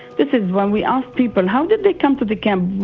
this is why we ask people, how did they come to the camp?